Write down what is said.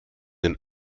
den